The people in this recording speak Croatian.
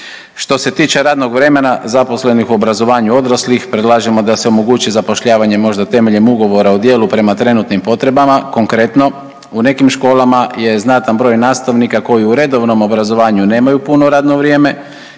Što se tiče radnog vremena zaposlenih u obrazovanju odraslih predlažemo da se omogući zapošljavanje možda temeljem Ugovora o djelu prema trenutnim potrebama, konkretno u nekim školama je znatan broj nastavnika koji u redovnom obrazovanju nemaju puno radno vrijeme